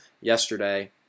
yesterday